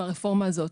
מהרפורמה הזאת.